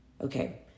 Okay